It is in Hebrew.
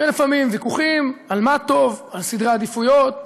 ולפעמים ויכוחים על מה טוב, על סדרי עדיפויות.